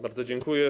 Bardzo dziękuję.